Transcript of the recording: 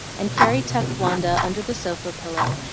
and carrie tucked wanda under the sofa pillow,